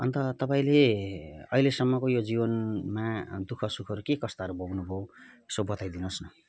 अन्त तपाईँले अहिलेसम्मको यो जीवनमा दु खसुखहरू के कस्ताहरू भोग्नु भयो यसो बताइ दिनुहोस् न